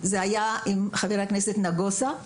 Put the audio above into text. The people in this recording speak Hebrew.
עם חבר הכנסת נגוסה,